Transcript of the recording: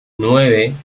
nueve